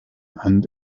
and